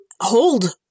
hold